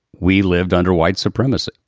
we lived under white supremacy.